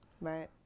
Right